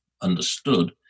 understood